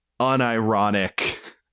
unironic